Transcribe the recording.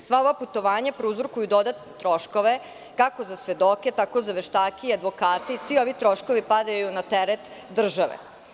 Sva ova putovanja prouzrokuju dodatne troškove kako za svedoke, tako za veštake i advokate i svi ovi troškovi padaju na teret države.